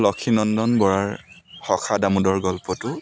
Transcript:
লক্ষ্মীনন্দন বৰাৰ সখা দামোদৰ গল্পটো